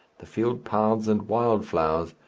the field paths and wild flowers,